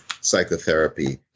psychotherapy